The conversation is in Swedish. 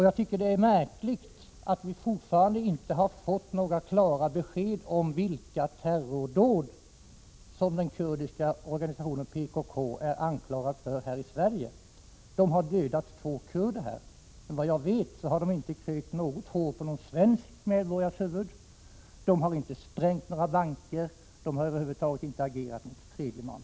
Jag tycker det är märkligt att vi fortfarande inte har fått några klara besked om vilka terrordåd den kurdiska organisationen PKK är anklagad för i Sverige. Man har dödat två kurder här, men såvitt jag vet har man inte krökt ett hår på någon svensk medborgares huvud, man har inte sprängt några banker och man har över huvud taget inte agerat mot tredje man.